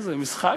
מה זה, משחק?